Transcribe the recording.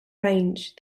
range